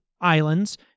islands